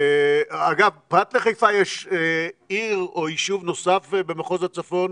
אגב, פרט לחיפה יש עיר או יישוב נוסף במחוז הצפון